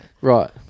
Right